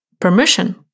permission